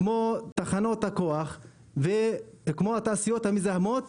כמו תחנות הכוח וכמו התעשיות המזהמות,